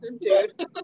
dude